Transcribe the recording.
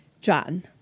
John